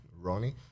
Ronnie